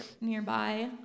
nearby